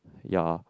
ya